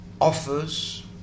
offers